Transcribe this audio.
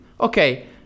okay